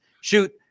Shoot